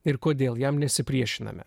ir kodėl jam nesipriešiname